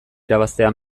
irabaztea